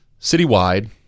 Citywide